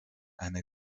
eine